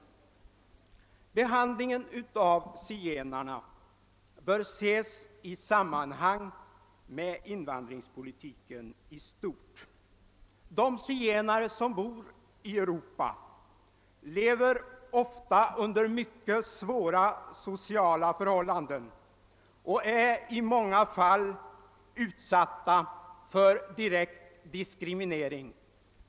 Behandlingen av zigenarna bör ses i sammanhang med invandringspolitiken i stort. De zigenare som bor i Europa lever ofta under mycket svåra sociala förhållanden och är i många fall utsatta för direkt diskriminering.